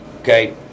Okay